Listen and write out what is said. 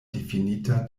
difinita